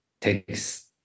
takes